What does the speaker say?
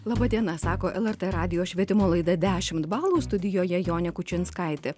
laba diena sako lrt radijo švietimo laida dešimt balų studijoje jonė kučinskaitė